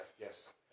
Yes